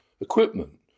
equipment